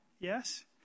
Yes